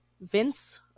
Vince